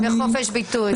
וחופש ביטוי.